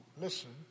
listen